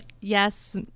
yes